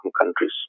countries